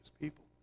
people